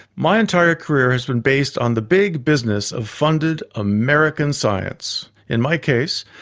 my entire career has been based on the big business of funded american science in my case,